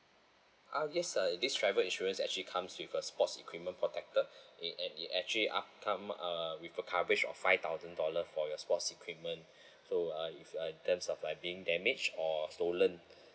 uh yes uh this travel insurance actually comes with a sports equipment protector it and it actually up come err with a coverage of five thousand dollar for your sports equipment so uh if your items are being damaged or stolen